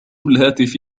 الهاتف